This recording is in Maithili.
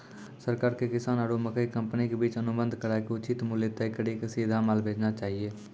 सरकार के किसान आरु मकई कंपनी के बीच अनुबंध कराय के उचित मूल्य तय कड़ी के सीधा माल भेजना चाहिए?